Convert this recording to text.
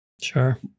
Sure